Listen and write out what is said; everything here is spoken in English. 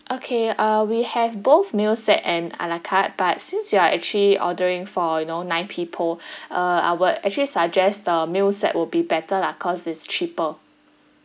okay uh we have both meal set and a la carte but since you are actually ordering for you know nine people uh I would actually suggest the meal set will be better lah cause it's cheaper